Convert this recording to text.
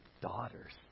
daughters